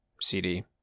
CD